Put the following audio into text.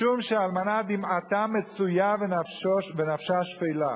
משום שאלמנה "דמעתה מצויה ונפשה שפלה".